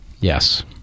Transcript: Yes